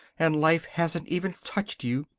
and life hasn't even touched you.